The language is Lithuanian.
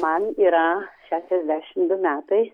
man yra šešiasdešim du metai